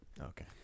Okay